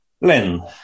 Len